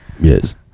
Yes